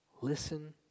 Listen